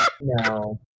no